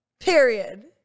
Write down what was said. Period